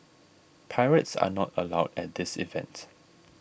pirates are not allowed at this event